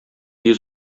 йөз